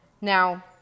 Now